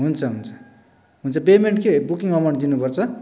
हुन्छ हुन्छ हुन्छ पेमेन्ट के बुकिङ अमाउन्ट दिनु पर्छ